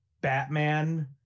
Batman